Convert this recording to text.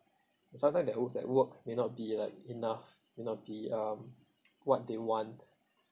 sometimes that means at work may not be like enough may not be um what they want